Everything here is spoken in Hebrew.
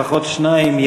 לפחות שניים,